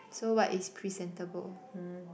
so what is presentable